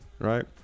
Right